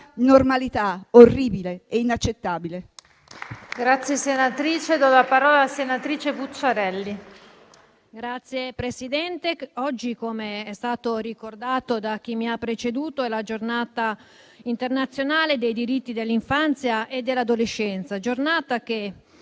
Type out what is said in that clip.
normalità orribile e inaccettabile.